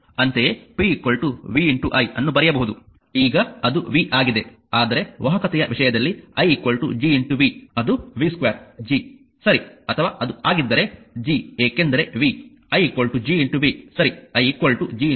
ಅಂತೆಯೇ p vi ಅನ್ನು ಬರೆಯಬಹುದು ಈಗ ಅದು v ಆಗಿದೆ ಆದರೆ ವಾಹಕತೆ ವಿಷಯದಲ್ಲಿ i G v ಅದು v2 G ಸರಿ ಅಥವಾ ಅದು ಆಗಿದ್ದರೆ G ಏಕೆಂದರೆ v i Gv ಸರಿ i Gv